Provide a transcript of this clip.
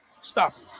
Stop